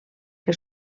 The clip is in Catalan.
que